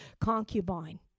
concubine